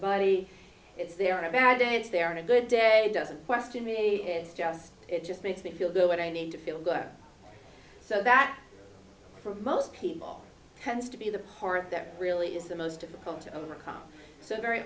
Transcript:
body it's there are bad and it's there in a good day doesn't question me it's just it just makes me feel good when i need to feel good so that for most people tends to be the part that really is the most difficult to overcome so very